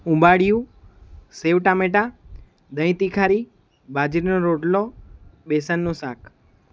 ઊંબાળિયું સેવ ટામેટા દહીં તીખારી બાજરીનો રોટલો બેસનનું શાક